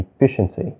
efficiency